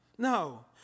No